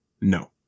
No